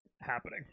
happening